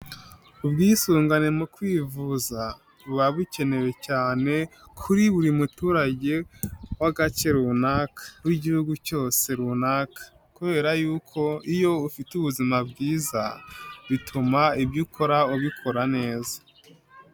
Ubwisungane mu kwivuza buba bukenewe cyane kuri buri muturage w'agace runaka, w'igihugu cyose runaka kubera yuko iyo ufite ubuzima bwiza bituma ibyo ukora ubikora neza.